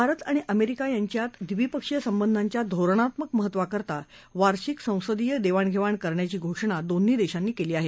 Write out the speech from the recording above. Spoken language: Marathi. भारत आणि अमेरिका यांच्यात द्विपक्षीय संबंधाच्या धोरणात्मक महत्वाकरता वार्षिक संसदीय देवाणघेवाण करण्याची घोषणा दोन्ही देशांनी केली आहे